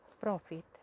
profit